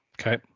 Okay